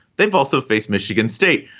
they've also faced michigan state.